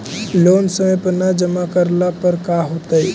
Loan समय पर न जमा करला पर का होतइ?